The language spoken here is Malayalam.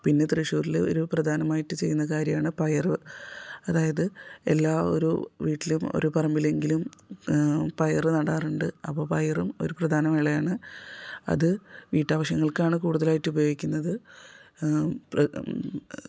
പിന്നെ തൃശൂരിൽ ഒരു പ്രധാനമായിട്ട് ചെയ്യുന്ന കാര്യമാണ് പയറ് അതായത് എല്ലാ ഓരോ വീട്ടിലും ഓരോ പറമ്പിലെങ്കിലും പയറ് നടാറുണ്ട് അപ്പം പയറും ഒരു പ്രധാന വിളയാണ് അത് വീട്ടാവശ്യങ്ങൾക്കാണ് കൂടുതലായിട്ട് ഉപയോഗിക്കുന്നത്